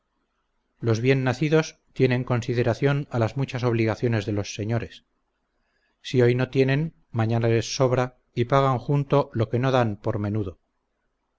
los bien nacidos tienen consideración a las muchas obligaciones de los señores si hoy no tienen mañana les sobra y pagan junto lo que no dan por menudo